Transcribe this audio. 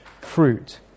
fruit